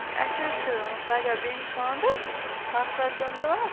ہے اسہِ حظ چھُ ٲں پَگاہ بیٚنہِ خاندر آتھوار ژٕندٕر وار